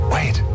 Wait